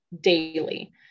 daily